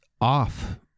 off